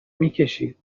میکشید